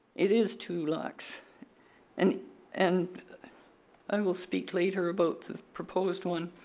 it is too lax and and i will speak later about the proposed one.